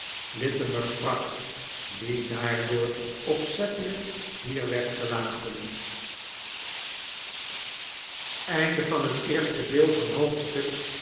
littimer sprak die daartoe opzettelijk hier werd gelaten